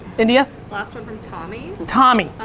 india? last one from tommy. tommy.